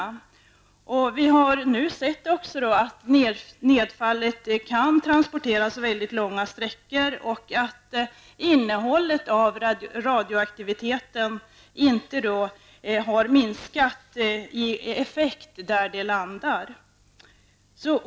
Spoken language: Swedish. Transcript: Vi har nu också sett att nedfallet kan transporteras mycket långa sträckor och att det radioaktiva innehållet inte har nämnvärt mindre effekt där det landar.